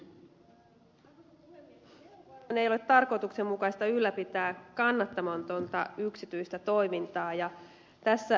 verovaroin ei ole tarkoituksenmukaista ylläpitää kannattamatonta yksityistä toimintaa ja ed